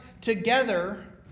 together